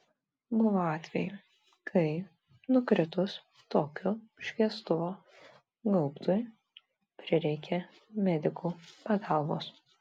buvo atvejų kai nukritus tokio šviestuvo gaubtui prireikė medikų pagalbos